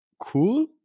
cool